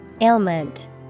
Ailment